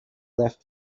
left